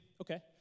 okay